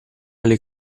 alle